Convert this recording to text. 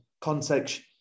context